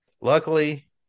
luckily